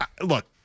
look